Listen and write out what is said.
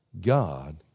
God